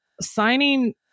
signing